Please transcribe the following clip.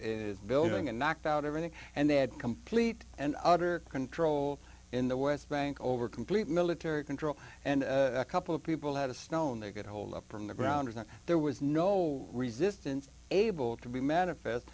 his building and knocked out everything and they had complete and utter control in the west bank over complete military control and a couple of people had a stone they could hold up from the ground and there was no resistance able to be manifest